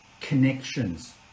connections